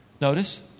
Notice